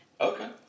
okay